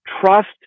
Trust